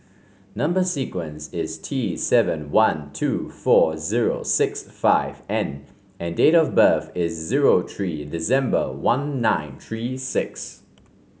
number sequence is T seven one two four zero six five N and date of birth is zero three December one nine three six